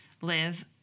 live